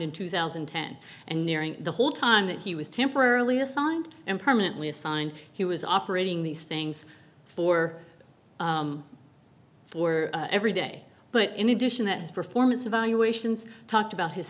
in two thousand and ten and nearing the whole time that he was temporarily assigned and permanently assigned he was operating these things for four every day but in addition that his performance evaluations talked about his